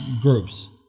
groups